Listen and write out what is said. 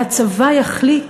והצבא יחליט